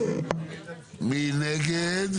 הצבעה בעד, 5 נגד,